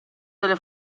delle